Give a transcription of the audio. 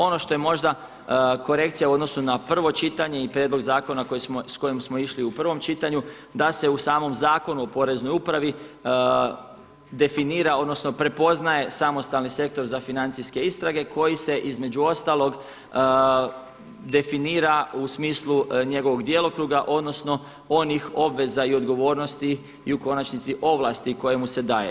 Ono što je možda korekcija u odnosu na prvo čitanje i prijedlog zakona s kojim smo išli u prvom čitanju da se u samom Zakonu o poreznoj upravi definira odnosno prepoznaje samostalni sektor za financijske istrage koji se između ostalog definira u smislu njegovog djelokruga odnosno onih obveza i odgovornosti i u konačnici ovlasti koja mu se daje.